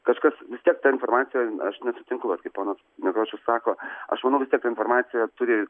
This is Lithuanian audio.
kažkas vis tiek ta informacija aš nesutinku ar kaip ponas nerošius sako aš manau vistiek ta informacija turi